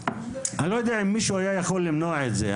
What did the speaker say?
אני לא יודע אם מישהו היה יכול למנוע את זה.